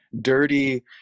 dirty